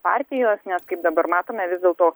partijos nes kaip dabar matome vis dėlto